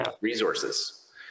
resources